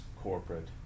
corporate